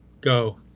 go